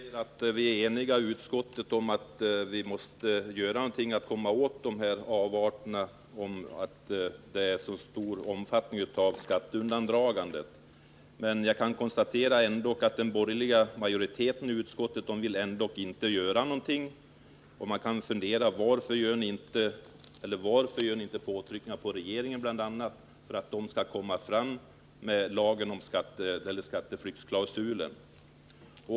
Fru talman! Ingemar Hallenius säger att vi i utskottet är eniga om att vi måste göra något för att komma åt avarterna och den stora omfattningen av skatteundandragandet. Jag kan konstatera att den borgerliga majoriteten i utskottet ändå inte vill göra någonting. Man kan fundera över varför ni inte utövar påtryckningar på regeringen för att denna skall kunna lägga fram en lag om en skatteflyktsklausul.